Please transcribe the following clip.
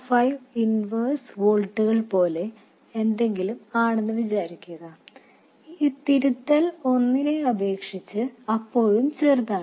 05 inverse വോൾട്ടുകൾ പോലെ എന്തെങ്കിലും ആണെന്ന് വിചാരിക്കുക ഈ തിരുത്തൽ ഒന്നിനെ അപേക്ഷിച്ച് അപ്പോഴും ചെറുതാണ്